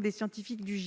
des scientifiques du